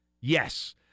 Yes